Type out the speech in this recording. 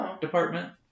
department